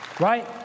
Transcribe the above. Right